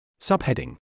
Subheading